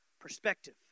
perspective